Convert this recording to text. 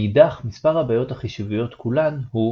מאידך, מספר הבעיות החישוביות כולן הוא